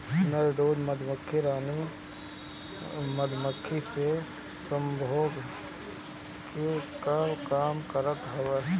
नर ड्रोन मधुमक्खी रानी मधुमक्खी से सम्भोग करे कअ काम करत हवे